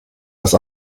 das